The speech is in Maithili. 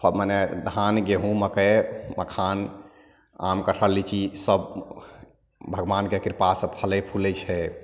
सब मने धान गेहुॅंम मकइ मखान आम कठहल लीची सब भगबानके कृपासॅं फलै फुलै छै